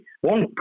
one